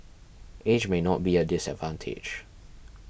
age may not be a disadvantage